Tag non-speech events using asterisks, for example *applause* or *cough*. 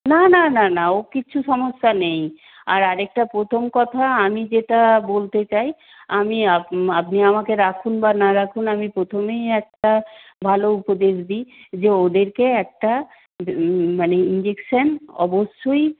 না না না না ও কিছু সমস্যা নেই আর আরেকটা প্রথম কথা আমি যেটা বলতে চাই আমি *unintelligible* আপনি আমাকে রাখুন বা না রাখুন আমি প্রথমেই একটা ভালো উপদেশ দিই যে ওদেরকে একটা মানে ইঞ্জেকশান অবশ্যই